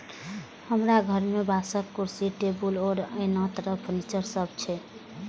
हमरा घर मे बांसक कुर्सी, टेबुल आ आनो तरह फर्नीचर सब छै